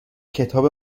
کتاب